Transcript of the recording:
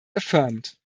affirmed